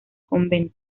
convento